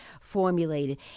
formulated